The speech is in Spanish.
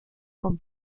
con